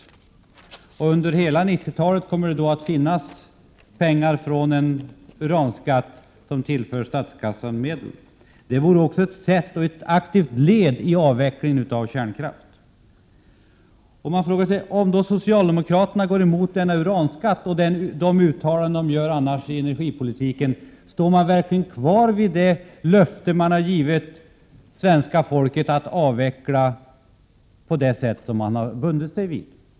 Under hela 1990-talet kommer det därför med vårt förslag att finnas pengar hänförliga till uranskatten som tillför statskassan medel. Det vore också ett aktivt led i avvecklingen av kärnkraften. Jag frågar mig: Om socialdemokraterna går emot förslaget om införande av uranskatt, står de då verkligen kvar vid det löfte som de har givit svenska folket att avveckla kärnkraften på det sätt som de har förbundit sig till?